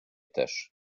też